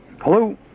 Hello